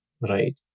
right